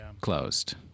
closed